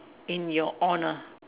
in your honour